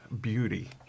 beauty